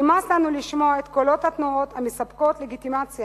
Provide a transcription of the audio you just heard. נמאס לנו לשמוע את קולות התנועות המספקות לגיטימציה